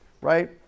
right